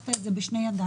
שלקחת את זה בשתי ידיים,